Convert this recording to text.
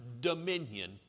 dominion